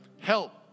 help